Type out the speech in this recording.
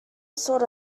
sort